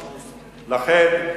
לכן,